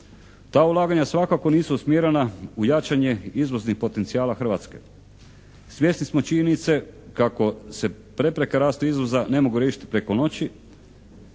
Ta ulaganja svakako nisu usmjerena u jačanje izvoznih potencijala Hrvatske. Svjesni smo činjenice kako se prepreka rastu izvoza ne mogu riješiti preko noći